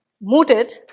mooted